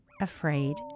afraid